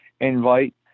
invite